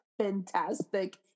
fantastic